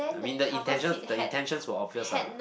I mean the intention the intentions were obvious lah